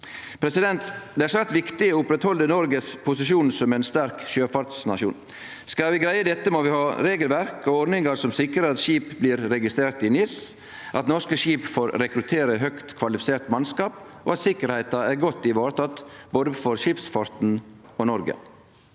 intensjonane. Det er svært viktig å oppretthalde Noregs posisjon som ein sterk sjøfartsnasjon. Skal vi greie dette, må vi ha regelverk og ordningar som sikrar at skip blir registrerte i NIS, at norske skip får rekruttere høgt kvalifisert mannskap, og at sikkerheita er godt ivareteken for både skipsfarten og Noreg.